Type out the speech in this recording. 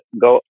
go